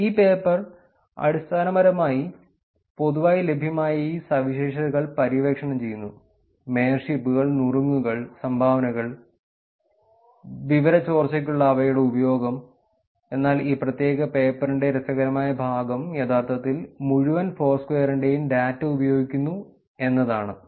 ഈ പേപ്പർ അടിസ്ഥാനപരമായി പൊതുവായി ലഭ്യമായ ഈ സവിശേഷതകൾ പര്യവേക്ഷണം ചെയ്യുന്നു മേയർഷിപ്പുകൾ നുറുങ്ങുകൾ സംഭാവനകൾ വിവര ചോർച്ചയ്ക്കുള്ള അവയുടെ ഉപയോഗം എന്നാൽ ഈ പ്രത്യേക പേപ്പറിന്റെ രസകരമായ ഭാഗം യഥാർത്ഥത്തിൽ മുഴുവൻ ഫോർസ്ക്വയറിന്റെയും ഡാറ്റ ഉപയോഗിക്കുന്നു എന്നതാണ്